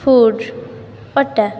food ଅଟା